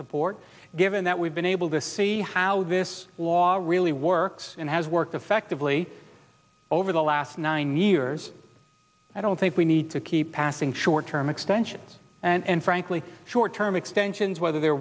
support given that we've been able to see how this law really works and has worked effectively over the last nine years i don't think we need to keep passing short term extensions and frankly short term extensions whether they're